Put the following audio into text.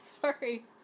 Sorry